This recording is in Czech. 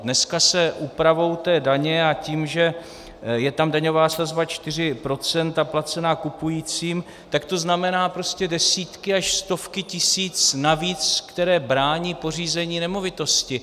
Dneska se úpravou té daně a tím, že je tam daňová sazba 4 % placená kupujícím, tak to znamená desítky až stovky tisíc navíc, které brání pořízení nemovitosti.